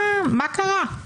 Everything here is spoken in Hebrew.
מה קרה?